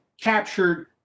captured